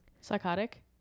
psychotic